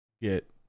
get